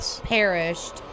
perished